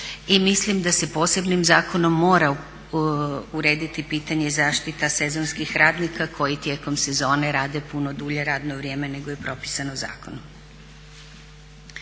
mislim da se posebnim zakonom mora urediti pitanje zaštite sezonskih radnika koji tijekom sezone rade puno dulje radno vrijeme nego je propisano zakonom.